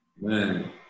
Man